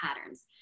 patterns